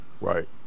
Right